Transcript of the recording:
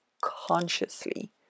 consciously